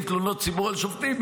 נציב תלונות הציבור על שופטים,